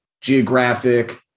Geographic